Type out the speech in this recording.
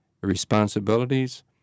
responsibilities